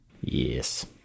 yes